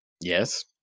Yes